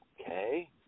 Okay